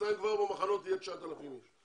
ובינתיים במחנות יהיו כבר 9,000 איש.